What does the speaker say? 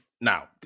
now